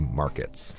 markets